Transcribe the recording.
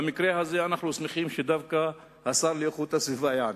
במקרה הזה אנחנו שמחים שדווקא השר להגנת הסביבה יענה,